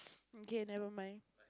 okay never mind